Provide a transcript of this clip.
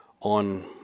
on